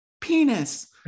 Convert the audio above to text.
penis